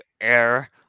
Air